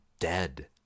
dead